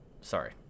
sorry